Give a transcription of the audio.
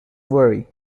worry